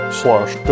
slash